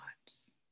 thoughts